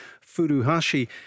Furuhashi